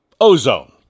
ozone